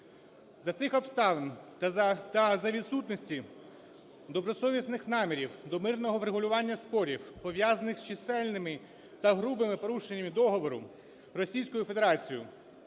За цих обставин та за відсутності добросовісних намірів до мирного врегулювання спорів, пов'язаних з чисельними та грубими порушеннями договору Російською Федерацією